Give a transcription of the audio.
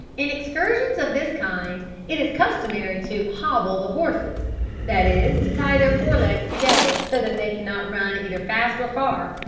in excursions of this kind it is customary to hobble the horses that is, to tie their fore-legs together, so that they cannot run either fast or far,